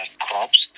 crops